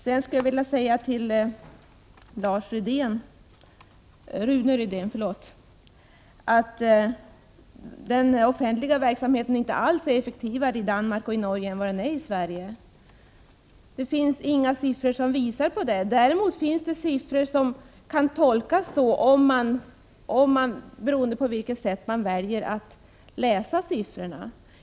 Sedan vill jag säga till Rune Rydén att den offentliga verksamheten inte alls är effektivare i Danmark och Norge än den är i Sverige. Det finns inga siffror som visar det, däremot finns det siffror som kan tolkas så beroende på vilket sätt man väljer att läsa siffrorna på.